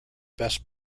best